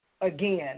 again